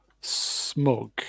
smug